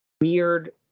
weird